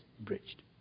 bridged